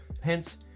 hence